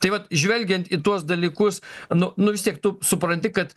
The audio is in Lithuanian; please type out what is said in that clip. tai vat žvelgiant į tuos dalykus nu nu vis tiek tu supranti kad